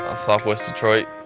ah south-west detroit.